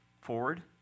forward